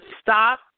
stop